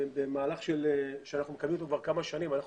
במהלך שאנחנו מקדמים אותו כבר כמה שנים אנחנו